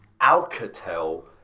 Alcatel